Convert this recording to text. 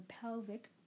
pelvic